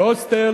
של הוסטל